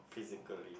physically